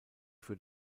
für